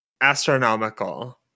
astronomical